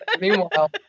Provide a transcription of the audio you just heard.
Meanwhile